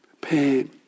pain